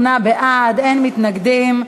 48 בעד, אין מתנגדים.